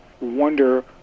wonder